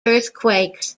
earthquakes